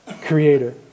creator